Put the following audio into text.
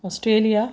Australia